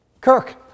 Kirk